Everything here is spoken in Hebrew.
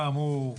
חמור.